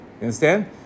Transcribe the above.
Understand